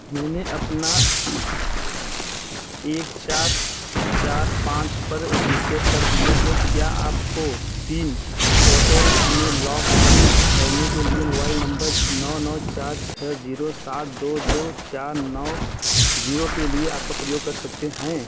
मैंने अपना एक चार चार पाँच पर रीसेट कर दिया है क्या आप कोपिन पोर्टल में लॉग इन करने के लिए मोबाइल नम्बर नौ नौ चार छः जीरो सात दो दो चार नौ जीरो के लिए आपका प्रयोग कर सकते हैं